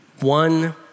one